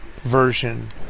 version